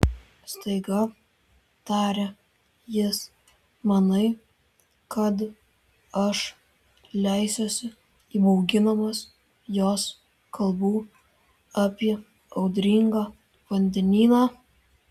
staiga tarė jis manai kad aš leisiuosi įbauginamas jos kalbų apie audringą vandenyną